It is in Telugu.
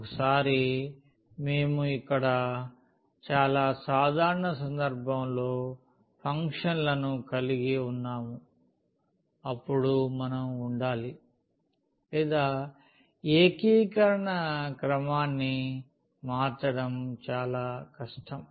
ఒకసారి మేము ఇక్కడ చాలా సాధారణ సందర్భంలో ఫంక్షన్ లను కలిగి ఉన్నాము అప్పుడు మనం ఉండాలి లేదా ఏకీకరణ క్రమాన్ని మార్చడం చాలా కష్టం